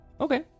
okay